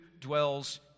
dwells